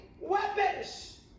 weapons